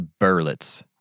Berlitz